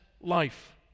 life